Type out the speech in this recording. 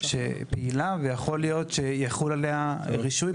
שיכול להיות שיחול עליה רישוי.